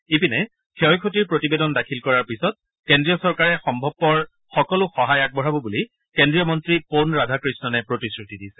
ইপিনে ক্ষয় ক্ষতিৰ প্ৰতিবেদন দাখিল কৰাৰ পিছত কেন্দ্ৰীয় চৰকাৰে সম্ভৱপৰ সকলো সহায় আগবঢ়াব বুলি কেন্দ্ৰীয় মন্ত্ৰী প'ন ৰাধাকৃষনে প্ৰতিগ্ৰতি দিছে